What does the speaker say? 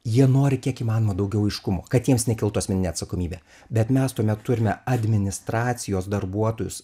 jie nori kiek įmanoma daugiau aiškumo kad jiems nekiltų asmeninė atsakomybė bet mes tuomet turime administracijos darbuotojus